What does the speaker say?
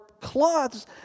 cloths